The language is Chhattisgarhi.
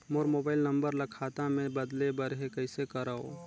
मोर मोबाइल नंबर ल खाता मे बदले बर हे कइसे करव?